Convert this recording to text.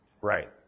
Right